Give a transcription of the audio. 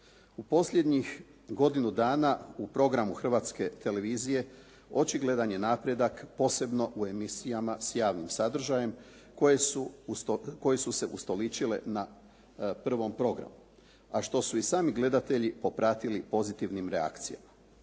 U posljednjih godinu dana u programu Hrvatske televizije, očigledan je napredak posebno u emisijama s javnim sadržajem koje su se ustoličile na prvom programu, a što su i sami gledatelji popratili s pozitivnim reakcijama.